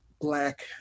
black